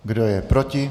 Kdo je proti?